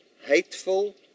hateful